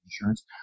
insurance